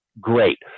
Great